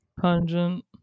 pungent